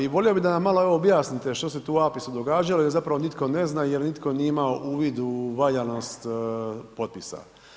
I volio bi da nam malo evo objasnite što se tu u APIS-u događalo jer zapravo nitko ne znam jer nitko nije imao uvid u valjanost potpisa.